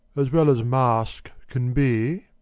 as well as mask can be.